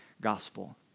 gospel